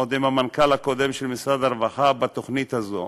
עוד עם המנכ"ל הקודם של משרד הרווחה, בתוכנית הזו.